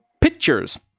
Pictures